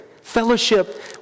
fellowship